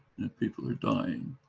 people are dying,